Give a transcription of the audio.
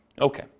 Okay